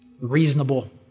Reasonable